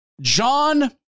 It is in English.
John